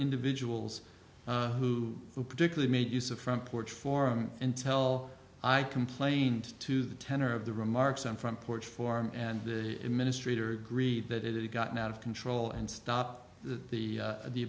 individuals who particularly made use of front porch forum until i complained to the tenor of the remarks on front porch form and the administrator agreed that it had gotten out of control and stop the